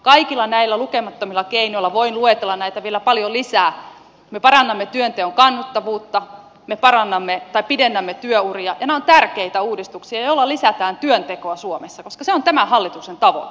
kaikilla näillä lukemattomilla keinoilla voin luetella näitä vielä paljon lisää me parannamme työnteon kannattavuutta me pidennämme työuria ja nämä ovat tärkeitä uudistuksia joilla lisätään työntekoa suomessa koska se on tämän hallituksen tavoite